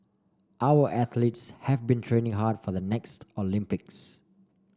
our athletes have been training hard for the next Olympics